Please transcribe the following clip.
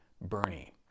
Bernie